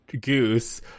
goose